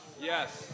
yes